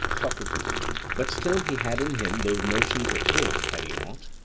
socrates but still he had in him those notions of his had he not?